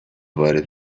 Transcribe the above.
وارد